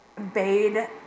obeyed